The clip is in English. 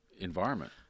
environment